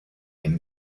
him